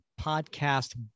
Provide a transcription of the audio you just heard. podcast